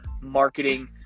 marketing